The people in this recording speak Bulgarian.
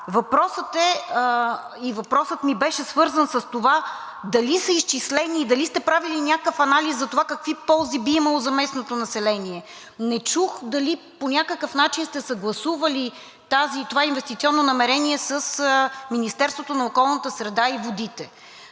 Въпросът ми беше свързан с това дали са изчислени, дали сте правили някакъв анализ за това какви ползи би имало за местното население? Не чух дали по някакъв начин сте съгласували това инвестиционно намерение с Министерството на околната среда и водите,